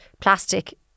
plastic